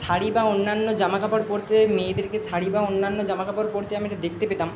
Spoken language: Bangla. শাড়ি বা অন্যান্য জামা কাপড় পরতে মেয়েদেরকে শাড়ি বা অন্যান্য জামা কাপড় পরতে আমরা দেখতে পেতাম